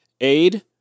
aid